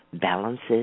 balances